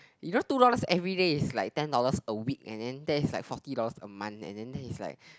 you know two dollars every day is like ten dollars a week and then there is like forty dollars a month and then that is like